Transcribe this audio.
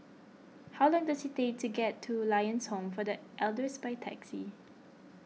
how long does it take to get to Lions Home for the Elders by taxi